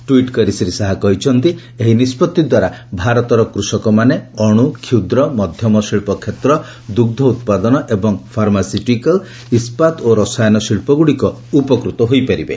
tweet କରି ଶ୍ରୀ ଶାହା କହିଛନ୍ତି ଏହି ନିଷ୍ପଭି ଦ୍ୱାରା ଭାରତର କୂଷକମାନେ ଅଣୁ କ୍ଷୁଦ୍ର ମଧ୍ୟମ ଶିଳ୍ପ କ୍ଷେତ୍ର ଦୁଗ୍ମ ଉତ୍ପାଦନ ଏବଂ ଫାର୍ମାସିଟିକାଲ୍ ଇସ୍କାତ୍ ଓ ରସାୟନ ଶିଳ୍ପଗୁଡ଼ିକ ଉପକୃତ ହୋଇପାରିବେ